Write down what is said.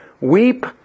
weep